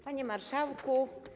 Panie Marszałku!